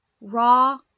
raw